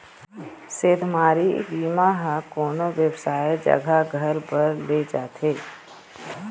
सेधमारी बीमा ह कोनो बेवसाय जघा घर बर ले जाथे